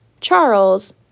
Charles